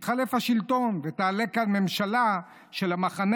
יתחלף השלטון ותעלה כאן ממשלה של המחנה